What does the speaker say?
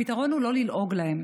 הפתרון הוא לא ללעוג להם